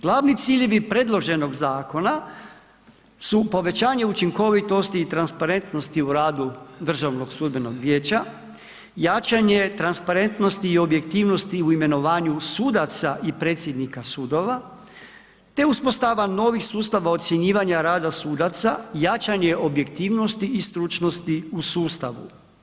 Glavni ciljevi predloženog zakona su povećanje učinkovitosti i transparentnosti u radu DSV-a, jačanje transparentnosti i objektivnosti u imenovanju sudaca i predsjednika sudova, te uspostava novih sustava ocjenjivanja rada sudaca, jačanje objektivnosti i stručnosti u sustavu.